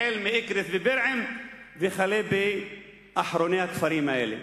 החל מאקרית ובירעם וכלה באחרוני הכפרים האלה.